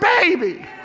baby